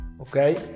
Okay